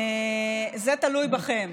זה תלוי בכם.